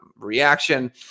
reaction